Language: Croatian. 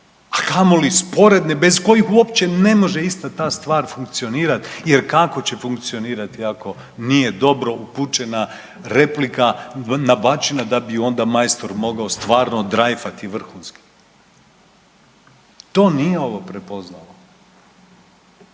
a kamoli sporedne bez kojih uopće ne može ista ta stvar funkcionirati jer kako će funkcionirati ako nije dobro upućena replika nabačena da bi onda majstor mogao stvarno odrajfati vrhunski. To nije ovo prepoznao.